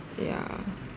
ya